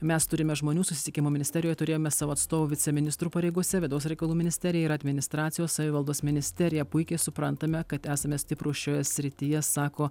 mes turime žmonių susisiekimo ministerijoj turėjome savo atstovų viceministrų pareigose vidaus reikalų ministerija ir administracijos savivaldos ministerija puikiai suprantame kad esame stiprūs šioje srityje sako